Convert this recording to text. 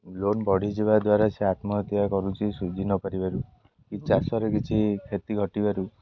loan ବଢ଼ିଯିବା ଦ୍ୱାରା ସେ ଆତ୍ମହତ୍ୟା କରୁଛି ସୁଝି ନପାରିବାରୁ କି ଚାଷରେ କିଛି କ୍ଷତି ଘଟିବାରୁ